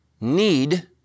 need